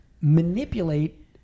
manipulate